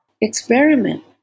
experiment